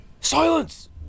Silence